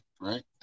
right